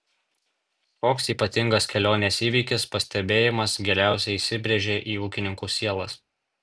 koks ypatingas kelionės įvykis pastebėjimas giliausiai įsibrėžė į ūkininkų sielas